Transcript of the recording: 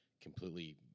completely